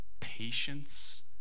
patience